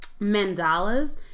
mandalas